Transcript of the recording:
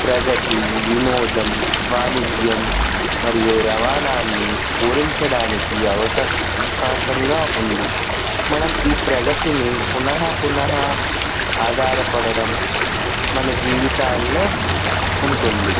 ప్రగతి వినోదం వాణిజ్యం మరియు రవాణాన్ని పూరించడానికి అవ అవకాశంగా ఉంది మనం ఈ ప్రగతిని పునః పునః ఆధారపడడం మన జీవితాల్లో ఉంటుంది